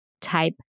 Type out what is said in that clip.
type